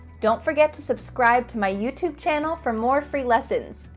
don't forget to subscribe to my youtube channel for more free lessons.